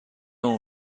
اون